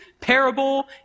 parable